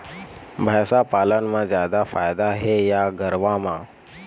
भैंस पालन म जादा फायदा हे या गरवा म?